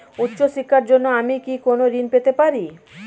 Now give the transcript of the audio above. উচ্চশিক্ষার জন্য আমি কি কোনো ঋণ পেতে পারি?